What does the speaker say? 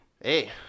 Hey